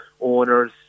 owners